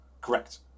correct